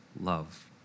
love